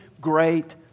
great